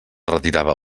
retirava